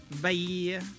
Bye